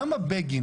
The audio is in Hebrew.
למה בגין,